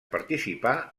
participar